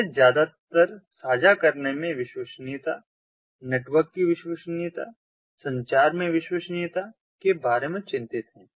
message ज्यादातर साझा करने में विश्वसनीयता नेटवर्क की विश्वसनीयता संचार में विश्वसनीयता के बारे में चिंतित हैं